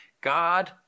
God